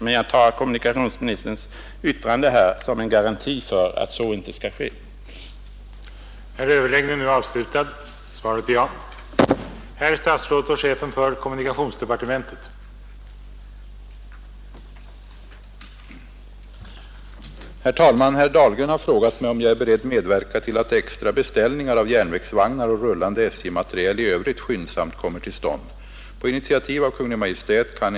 Men jag tar kommunikationsministerns yttrande här som en garanti för att de skall komma med.